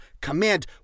command